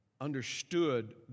understood